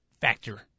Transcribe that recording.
factor